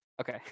Okay